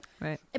Right